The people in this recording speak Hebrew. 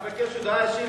אני מבקש הודעה אישית,